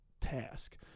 task